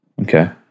Okay